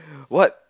what